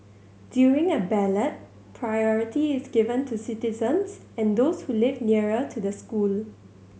during a ballot priority is given to citizens and those who live nearer to the school